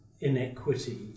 inequity